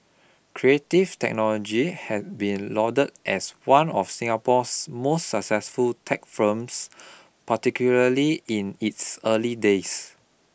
creative Technology has been lauded as one of Singapore's most successful tech firms particularly in its early days